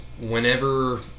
whenever